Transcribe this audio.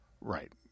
Right